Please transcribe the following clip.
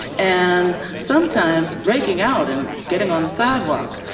and sometimes breaking out and getting on the sidewalk.